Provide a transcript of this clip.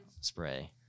spray